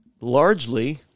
largely